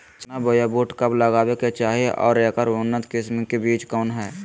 चना बोया बुट कब लगावे के चाही और ऐकर उन्नत किस्म के बिज कौन है?